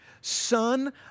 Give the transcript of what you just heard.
Son